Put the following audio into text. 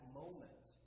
moment